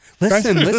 Listen